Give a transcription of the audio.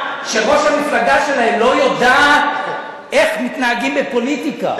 שראש המפלגה שלהם לא יודעת איך מתנהגים בפוליטיקה,